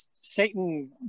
Satan